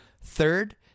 Third